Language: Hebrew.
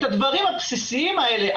את הדברים הבסיסיים האלה,